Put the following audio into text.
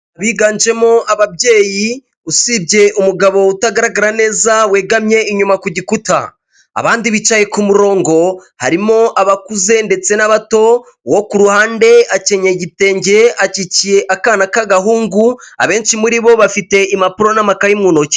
Biganjemo ababyeyi usibye umugabo utagaragara neza wegamye inyuma ku gikuta. Abandi bicaye ku murongo harimo abakuze ndetse n'abato. Uwo ku ruhande akenyeye igitenge acyikiye akana k'agahungu, abenshi muri bo bafite n'amakaye mu ntoki.